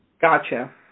Gotcha